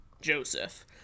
Joseph